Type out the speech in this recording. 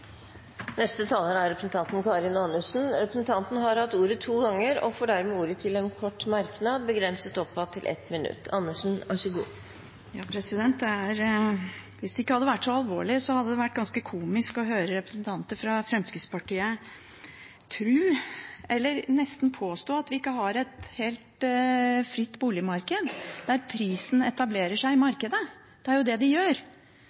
Representanten Karin Andersen har hatt ordet to ganger tidligere og får dermed ordet til en kort merknad, begrenset til 1 minutt. Hvis det ikke hadde vært så alvorlig, hadde det vært ganske komisk å høre representanter fra Fremskrittspartiet nesten påstå at vi ikke har et helt fritt boligmarked der prisen etablerer seg i markedet. Det er jo det det gjør.